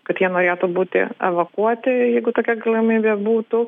kad jie norėtų būti evakuoti jeigu tokia galimybė būtų